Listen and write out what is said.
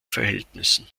verhältnissen